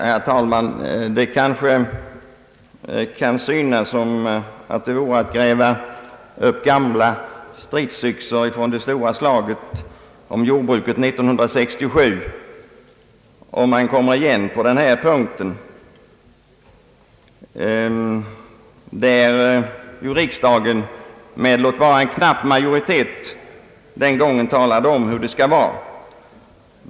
Herr talman! Det kanske kan synas som om man gräver upp en gammal strisyxa från det stora slaget om jordbruket 1967, om man kommer igen på denna punkt, eftersom riksdagen, låt vara med en knapp majoritet, den gången talade om hur det framgent skulle vara.